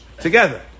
together